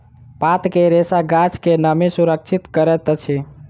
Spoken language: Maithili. पात के रेशा गाछ के नमी सुरक्षित करैत अछि